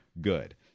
good